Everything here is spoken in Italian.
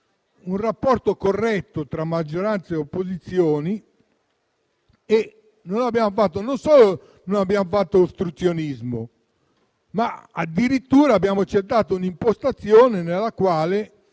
un rapporto corretto tra maggioranza e opposizioni. Non solo non abbiamo fatto ostruzionismo, ma addirittura abbiamo accettato un'impostazione tale